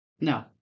No